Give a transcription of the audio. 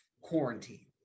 quarantine